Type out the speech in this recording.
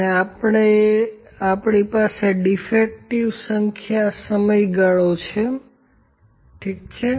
અને આપણી પાસે ડીફેક્ટીવ સંખ્યા સમયગાળો છે ઠીક છે